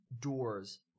doors